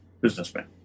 businessman